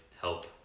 help